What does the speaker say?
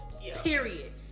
Period